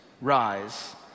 Rise